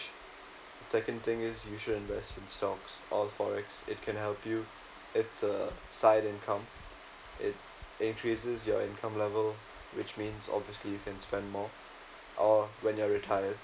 the second thing is you should invest in stocks or forex it can help you it's a side income it increases your income level which means obviously you can spend more or when you're retired